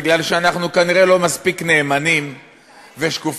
מפני שאנחנו כנראה לא מספיק נאמנים ושקופים,